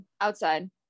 outside